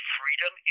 freedom